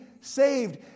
saved